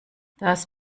das